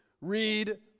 read